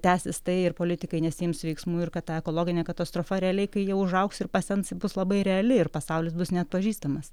tęsis tai ir politikai nesiims veiksmų ir kad ta ekologinė katastrofa realiai kai jie užaugs ir pasens bus labai reali ir pasaulis bus neatpažįstamas